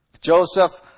Joseph